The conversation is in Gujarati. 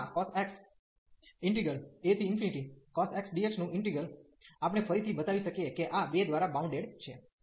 અને આ cos x acos x dx નું ઈન્ટિગ્રલ integral આપણે ફરીથી બતાવી શકીએ કે આ 2 દ્વારા બાઉન્ડેડ bounded છે